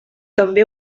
també